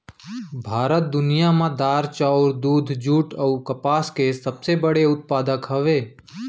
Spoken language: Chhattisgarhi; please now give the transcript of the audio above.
भारत दुनिया मा दार, चाउर, दूध, जुट अऊ कपास के सबसे बड़े उत्पादक हवे